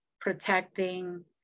protecting